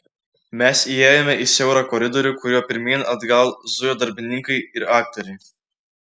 mes įėjome į siaurą koridorių kuriuo pirmyn atgal zujo darbininkai ir aktoriai